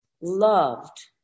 loved